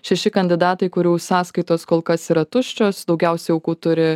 šeši kandidatai kurių sąskaitos kol kas yra tuščios daugiausiai aukų turi